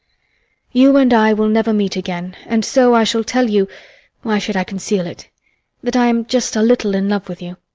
you and i will never meet again, and so i shall tell you why should i conceal it that i am just a little in love with you.